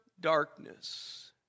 darkness